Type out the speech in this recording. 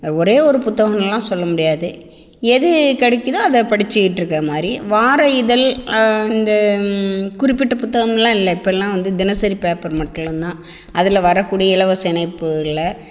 ஒரே ஒரு புத்தங்கள்லாம் சொல்லமுடியாது எது கிடைக்குதோ அதை படிச்சிகிட்டுருக்கமாரி வார இதழ் அந்த குறிப்பிட்ட புத்தகம்லாம் இல்லை இப்போல்லாம் வந்து தினசரி பேப்பர் மட்டும் தான் அதில் வரக்கூடிய இலவச இணைப்புகள்ல